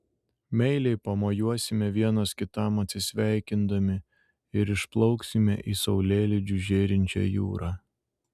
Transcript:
meiliai pamojuosime vienas kitam atsisveikindami ir išplauksime į saulėlydžiu žėrinčią jūrą